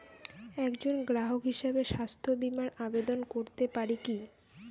একজন গ্রাহক হিসাবে স্বাস্থ্য বিমার আবেদন করতে পারি কি?